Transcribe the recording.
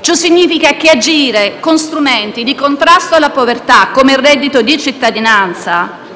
Ciò significa che agire con strumenti di contrasto alla povertà, come il reddito di cittadinanza,